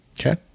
Okay